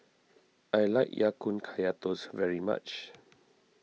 I like Ya Kun Kaya Toast very much